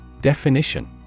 Definition